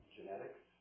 Genetics